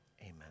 Amen